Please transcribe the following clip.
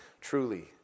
Truly